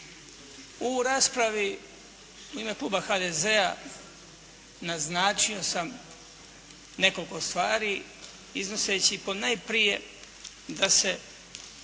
U raspravi u ime Kluba HDZ-a, naznačio sam nekoliko stvari, iznoseći ponajprije da se,